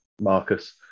marcus